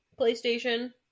PlayStation